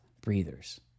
breathers